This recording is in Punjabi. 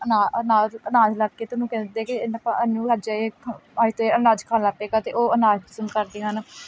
ਅਨਾ ਅਨਾਜ ਅਨਾਜ ਲਾ ਕੇ ਅਤੇ ਉਹਨੂੰ ਕਹਿ ਦਿੰਦੇ ਕਿ ਨੂੰ ਅੱਜ ਇਹ ਖ ਅੱਜ ਤੋਂ ਅਨਾਜ ਖਾਣ ਲੱਗ ਪਵੇਗਾ ਅਤੇ ਉਹ ਅਨਾਜ ਰਸਮ ਕਰਦੇ ਹਨ